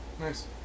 Nice